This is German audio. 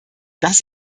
das